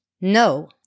no